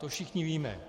To všichni víme.